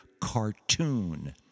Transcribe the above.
cartoon